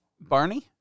Barney